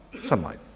sunlight.